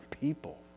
people